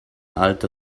alter